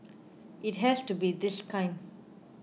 it has to be this kind